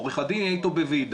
עורך הדין יהיה איתו בוועידה,